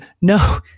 no